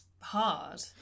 hard